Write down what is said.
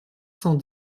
cent